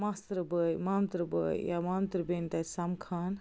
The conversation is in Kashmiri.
ماستٕر بٲے مامتٕر بٲے یا مامتٕر بیٚنہِ تہِ ٲسۍ سمکھان